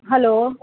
hello